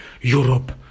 Europe